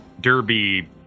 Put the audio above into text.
derby